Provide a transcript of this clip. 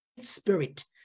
spirit